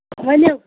ؤنِو